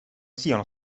siano